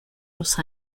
los